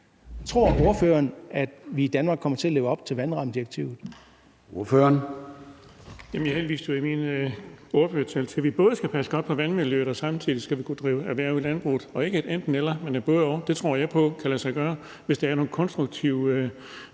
Ordføreren. Kl. 14:19 Erling Bonnesen (V): Jeg henviste jo i min ordførertale til, at vi både skal passe godt på vandmiljøet og samtidig skal kunne drive erhverv i landbruget – ikke et enten-eller, men et både-og. Det tror jeg på kan lade sig gøre, hvis der er en konstruktiv